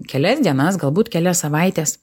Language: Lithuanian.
kelias dienas galbūt kelias savaites